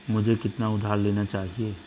मुझे कितना उधार लेना चाहिए?